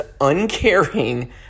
uncaring